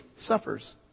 suffers